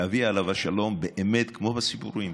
ואבי, עליו השלום, באמת, כמו בסיפורים,